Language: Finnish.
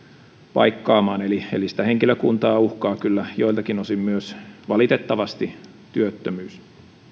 paikkaamaan eli sitä henkilökuntaa uhkaa kyllä joiltakin osin valitettavasti myös työttömyys